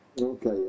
Okay